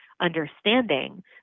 understanding